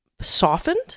softened